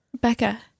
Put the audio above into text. Becca